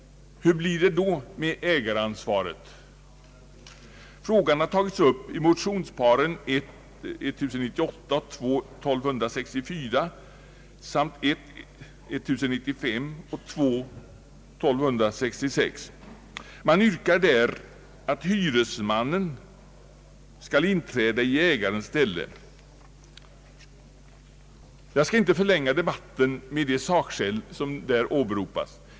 Hur blir det då med ägaransvaret? Frågan har tagits upp i motionsparen 1:1098 och II: 1264 samt 1: 1095 och II: 1266. Där yrkas att hyresmannen skall inträda i ägarens ställe. Jag skall inte förlänga debatten med de sakskäl som åberopas i motionerna.